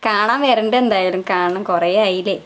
കാണാൻ വരണ്ട് എന്തായാലും കാണണം കുറേ ആയില്ലേ